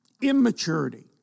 Immaturity